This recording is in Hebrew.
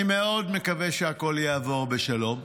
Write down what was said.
אני מאוד מקווה שהכול יעבור בשלום,